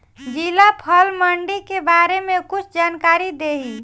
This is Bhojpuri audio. जिला फल मंडी के बारे में कुछ जानकारी देहीं?